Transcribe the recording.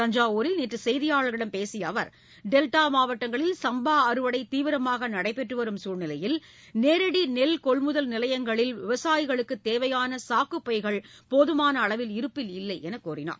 தஞ்சாவூரில் நேற்று செய்தியாளர்களிடம் பேசிய அவர் டெல்டா மாவட்டங்களில் சும்பா அறுவடை தீவிரமாக நடைபெற்று வரும் குழ்நிலையில் நேரடி நெல் கொள்முதல் நிலையங்களில் விவசாயிகளுக்கு தேவையான சாக்கு பைகள் போதமான அளவில் இருப்பில் இல்லை என்று கூறினார்